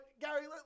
Gary